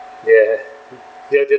ya there there